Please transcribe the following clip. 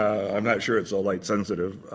i'm not sure it's all light sensitive.